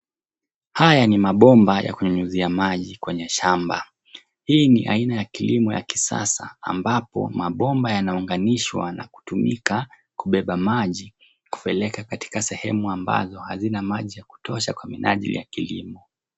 Haya ni mabomba ya kunyunyuzia maji kwenye shamba. Hii ni aina ya kilimo ya kisasa ambapo mabomba yanaunganishwa na kutumika kubeba maji kupeleka katika sehemu ambazo hazina maji ya kutosha kwa minaji ya kilimo.